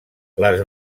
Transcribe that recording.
les